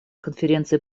конференции